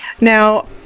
Now